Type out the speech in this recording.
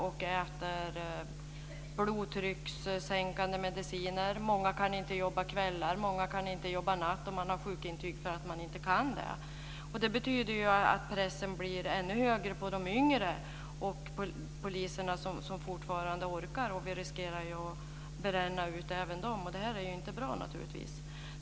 Man äter blodtryckssänkande mediciner. Många kan inte jobbar kvällar, många kan inte jobba natt. De har sjukintyg för att de inte kan det. Det betyder att pressen blir ännu större på de yngre poliserna, de som fortfarande orkar. Vi riskerar att bränna ut även dem. Det är naturligtvis inte bra.